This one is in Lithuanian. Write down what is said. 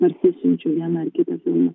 parsisiunčiu vieną ar kitą filmą